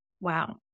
Wow